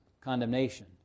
condemnation